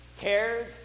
Cares